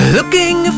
Looking